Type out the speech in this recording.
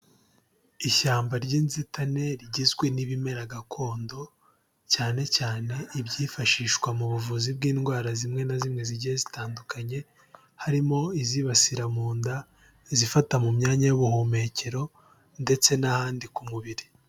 Ishyamba ry'inzitane rigizwe n'ibimera gakondo, cyane cyane ibyifashishwa mu buvuzi bw'indwara zimwe na zimwe zigiye zitandukanye, harimo izibasira mu nda, izifata mu myanya y'ubuhumekero ndetse n'ahandi ku mubiri.